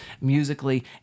musically